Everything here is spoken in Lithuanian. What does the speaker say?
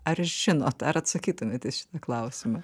ar žinot ar atsakytumėt į šitą klausimą